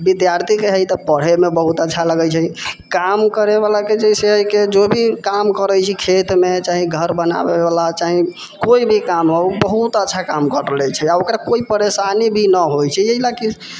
विद्यार्थीके हइ तऽ पढ़ैमे बहुत अच्छा लगै छै काम करै बलाके जइसे हइ कि जो भी काम करै छै खेतमे चाहे घर बनाबय बला चाहे कोइ भी काम हो बहुत अच्छा काम करि लै छै आ ओकर कोइ परेशानी भी न होइ छै यहि लए कऽ